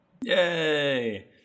Yay